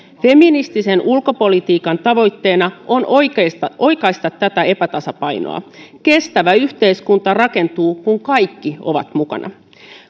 feministisen ulkopolitiikan tavoitteena on oikaista oikaista tätä epätasapainoa kestävä yhteiskunta rakentuu kun kaikki ovat mukana